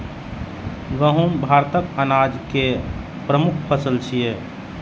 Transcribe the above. गहूम भारतक अनाज केर प्रमुख फसल छियै